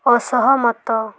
ଅସହମତ